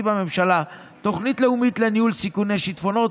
בממשלה תוכנית לאומית לניהול סיכוני שיטפונות,